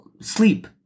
sleep